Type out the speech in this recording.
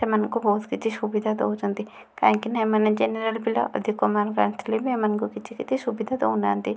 ସେମାନଙ୍କୁ ବହୁତ କିଛି ସୁବିଧା ଦେଉଛନ୍ତି କାହିଁକି ନା ଏମାନେ ଜେନେରାଲ ପିଲା ଅଧିକ ମାର୍କ ଆଣିଥିଲେ ବି ଏମାନଙ୍କୁ କିଛି ସେତିକି ସୁବିଧା ଦେଉନାହାନ୍ତି